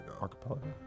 Archipelago